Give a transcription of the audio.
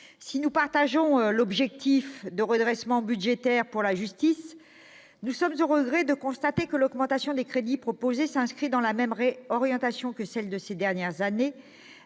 la justice, l'objectif de redressement budgétaire, nous sommes au regret de constater que l'augmentation des crédits proposée s'inscrit dans la même orientation que celle de ces dernières années